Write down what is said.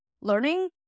Learning